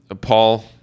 Paul